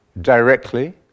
directly